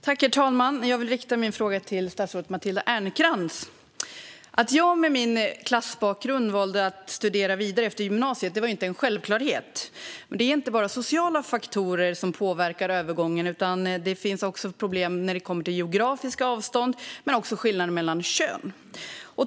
Herr talman! Jag vill rikta min fråga till statsrådet Matilda Ernkrans. Att jag med min klassbakgrund valde att studera vidare efter gymnasiet var inte en självklarhet. Det är inte bara sociala faktorer som påverkar övergången utan det finns även problem när det kommer till geografiska avstånd men också skillnader mellan kön.